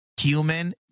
human